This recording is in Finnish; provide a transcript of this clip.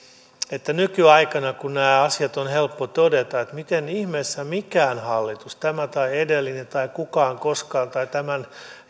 kummalliselta nykyaikana kun nämä asiat on helppo todeta miten ihmeessä mikään hallitus tämä tai edellinen tai mikään koskaan tai tämän